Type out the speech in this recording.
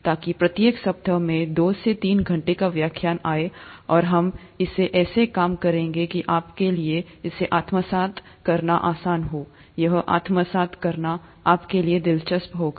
ताकि प्रत्येक सप्ताह में दो से तीन घंटे का व्याख्यान आए और हम इसे ऐसे काम करेंगे कि आपके लिए इसे आत्मसात करना आसान हो यह आत्मसात करना आपके लिए दिलचस्प होगा